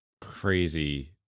Crazy